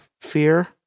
fear